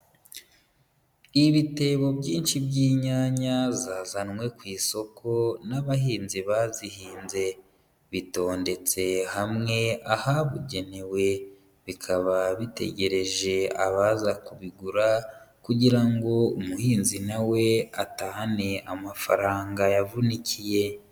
Ibitebo byinshi by'inyanya zazanwe ku isoko n'abahinzi bazihinze, bitondetse hamwe ahabugenewe, bikaba bitegereje abaza kubigura kugira ngo umuhinzi na we atahane amafaranga yavunikiye.